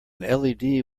led